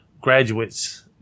graduates